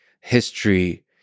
history